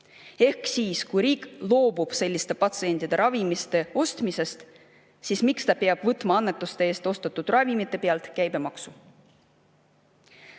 Ehk kui riik loobub sellistele patsientidele ravimite ostmisest, siis miks ta peab võtma annetuste eest ostetud ravimite pealt käibemaksu?